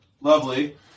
Lovely